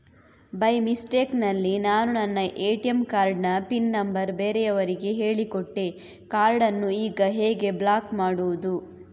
By mistake ನಲ್ಲಿ ನಾನು ನನ್ನ ಎ.ಟಿ.ಎಂ ಕಾರ್ಡ್ ನ ಪಿನ್ ನಂಬರ್ ಬೇರೆಯವರಿಗೆ ಹೇಳಿಕೊಟ್ಟೆ ಕಾರ್ಡನ್ನು ಈಗ ಹೇಗೆ ಬ್ಲಾಕ್ ಮಾಡುವುದು?